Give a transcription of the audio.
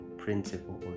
Principle